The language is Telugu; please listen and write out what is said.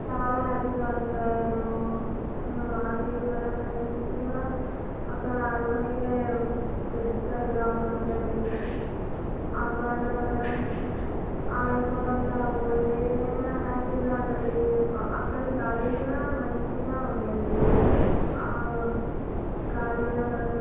చాలా హ్యాపీగా ఉంటారు అది మన ఫ్రెండ్స్ కూడా అక్కడ ఆడుకొని పెద్ద గ్రౌండ్ ఉంటుంది ఆ గ్రౌండ్లో మనం ఆడుకుంటాము ఏదైనా హ్యాపీగా ఉంటుంది అక్కడికి గాలి కూడా మంచిగా ఉంటుంది ఆ గాలిలో మనం